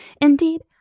Indeed